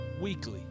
Weekly